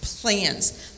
plans